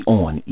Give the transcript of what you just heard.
on